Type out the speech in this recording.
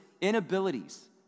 inabilities